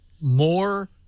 more